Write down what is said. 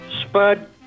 Spud